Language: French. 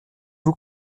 vous